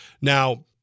now